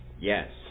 Yes